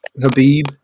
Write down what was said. Habib